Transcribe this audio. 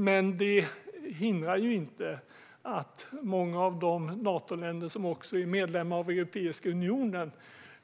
Men det hindrar ju inte att många av de Natoländer som också är medlemmar av Europeiska unionen